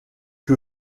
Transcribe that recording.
que